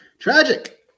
Tragic